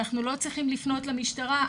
אנחנו לא צריכים לפנות למשטרה,